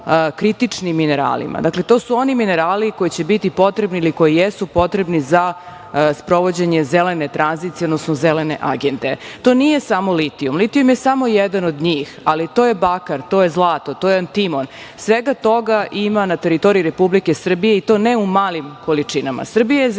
kritičnim mineralima. Dakle, to su oni minerali koji će biti potrebni ili koji jesu potrebni za sprovođenje zelene tranzicije, odnosno zelene agende. To nije samo litijum, litijum je samo jedan od njih, ali to je bakar, to je zlato, to je antimon. Svega toga ima na teritoriji Republike Srbije i to ne u malim količinama. Srbija je zemlja